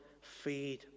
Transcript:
feed